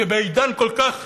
שבעידן כל כך